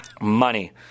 Money